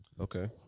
Okay